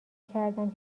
کردم